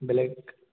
বেলেগ